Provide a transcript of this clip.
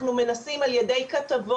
אנחנו מנסים על ידי כתבות,